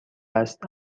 است